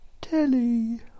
telly